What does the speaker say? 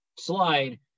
slide